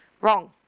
wrong